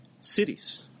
cities